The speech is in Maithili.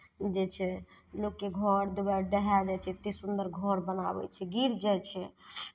जे छै लोकके घर दुआरि दहाय जाइ छै एतेक सुन्दर घर बनाबै छै गिर जाइ छै